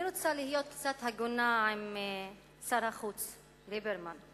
אני רוצה להיות קצת הגונה עם שר החוץ ליברמן.